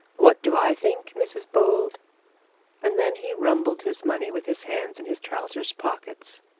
what do i think, mrs bold and then he rumbled his money with his hand in his trousers pockets,